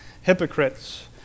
hypocrites